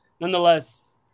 nonetheless